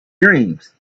dreams